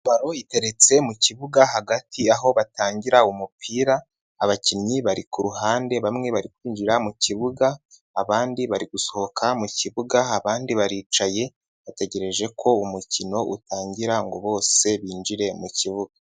Baro iteretse mu kibuga hagati, aho batangira umupira. Abakinnyi bari ku ruhande, bamwe bari kwinjira mu kibuga, abandi bari gusohoka mu kibuga. Abandi baricaye bategereje ko umukino utangira ngo bose binjire mu kibuga.